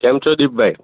કેમ છો દીપભાઈ